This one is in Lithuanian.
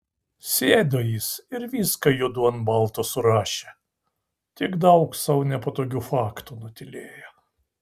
sėdo jis ir viską juodu ant balto surašė tik daug sau nepatogių faktų nutylėjo